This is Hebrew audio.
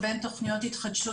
מצליחה לקבל.